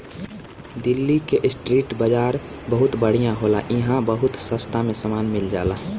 दिल्ली के स्ट्रीट बाजार बहुत बढ़िया होला इहां बहुत सास्ता में सामान मिल जाला